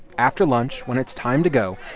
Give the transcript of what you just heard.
after lunch, when it's time to go,